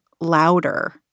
louder